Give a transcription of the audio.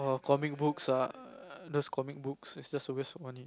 comic books ah those comic books are just a waste of money